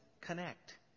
connect